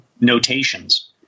notations